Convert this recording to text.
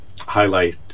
highlight